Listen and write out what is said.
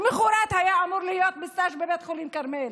למוחרת הוא היה אמור להיות בסטאז' בבית החולים כרמל.